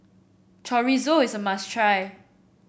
Chorizo is a must try